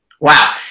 Wow